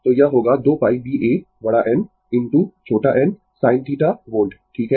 तो यह होगा 2 π B A बड़ा N इनटू छोटा n sin θ वोल्ट ठीक है